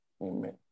Amen